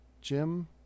Jim